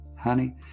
Honey